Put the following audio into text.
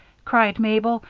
cried mabel.